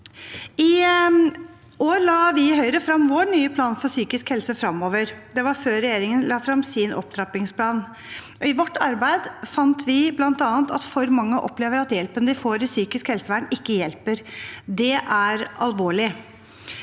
I år la vi i Høyre fram vår nye plan for psykisk helse framover. Det var før regjeringen la fram sin opptrappingsplan. I vårt arbeid fant vi bl.a. at for mange opplever at hjelpen de får i psykisk helsevern, ikke hjelper. Det er alvorlig.